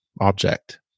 object